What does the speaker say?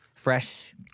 Fresh